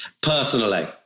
personally